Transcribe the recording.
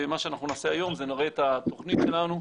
ומה שאנחנו נעשה היום זה נראה את התוכנית שלנו,